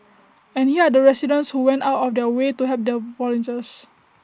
and here are the residents who went out of their way to help the volunteers